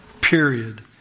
Period